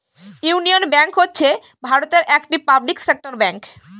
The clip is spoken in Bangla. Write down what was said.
ইউনিয়ন ব্যাঙ্ক হচ্ছে ভারতের একটি পাবলিক সেক্টর ব্যাঙ্ক